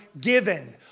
given